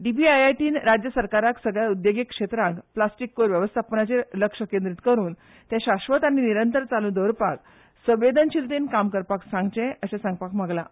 डिपिआयआयटी न राज्य सरकाराक सगल्या उद्देगीक क्षेत्रांक प्लास्टीक कोयर वेवस्थापनाचेर लक्ष केंद्रीत करून ते शाश्वत आनी निरंतर चालू दवरपाक संवेदनशीलतायेन काम करपाक सांगचें अशें सांगपाक मागलां